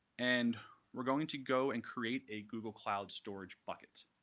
and we're going to go and create a google cloud storage bucket.